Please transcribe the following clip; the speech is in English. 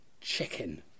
chicken